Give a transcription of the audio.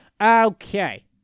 Okay